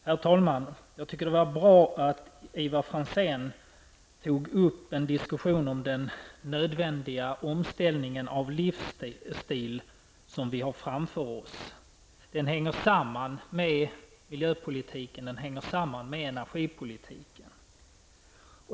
Herr talman! Jag tycker att det var bra att Ivar Franzén tog upp en diskussion om den nödvändiga omställningen av livsstil som vi har framför oss. Den hänger samman med miljöpolitiken och energipolitiken.